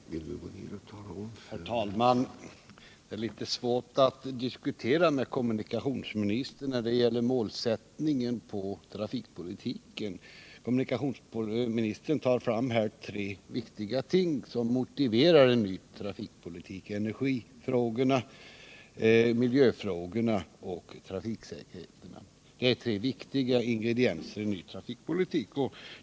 Herr talman! Det är litet svårt att diskutera med kommunikationsministern när det gäller målsättningen för trafikpolitiken. Kommunikationsministern nämner här tre viktiga ting som motiverar en ny trafikpolitik: energifrågorna, miljöfrågorna och trafiksäkerhetsfrågorna. Jag delar uppfattningen att detta är tre viktiga ingredienser i en ny trafikpolitik.